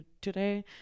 today